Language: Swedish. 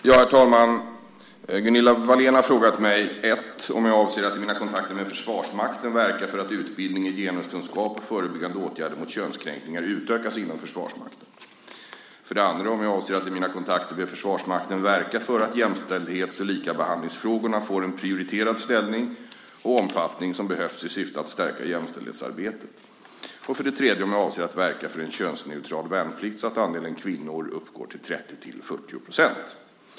Herr talman! Gunilla Wahlén har frågat mig 1. om jag avser att i mina kontakter med Försvarsmakten verka för att utbildning i genuskunskap och förebyggande åtgärder mot könskränkningar utökas inom Försvarsmakten. 2. om jag avser att i mina kontakter med Försvarsmakten verka för att jämställdhets och likabehandlingsfrågorna får en prioriterad ställning och omfattning som behövs i syfte att stärka jämställdhetsarbetet. 3. om jag avser att verka för en könsneutral värnplikt så att andelen kvinnor uppgår till 30-40 %.